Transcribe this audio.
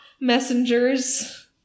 messengers